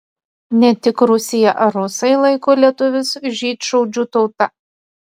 ne tik rusija ar rusai laiko lietuvius žydšaudžių tauta